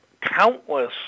countless